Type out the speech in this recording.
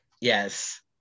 Yes